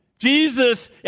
Jesus